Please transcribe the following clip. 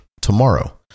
tomorrow